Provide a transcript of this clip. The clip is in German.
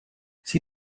sie